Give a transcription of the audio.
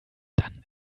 dann